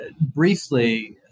briefly